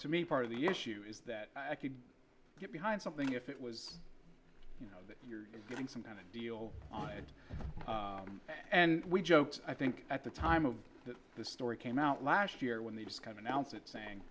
to me part of the issue is that i could get behind something if it was you know that you're getting some kind of deal on it and we joked i think at the time of the story came out last year when these kind announcement saying